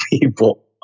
people